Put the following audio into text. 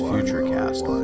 Futurecast